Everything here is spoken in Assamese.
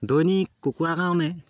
দৈনিক কুকুৰাৰ কাৰণে